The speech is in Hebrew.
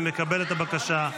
אני מקבל את הבקשה.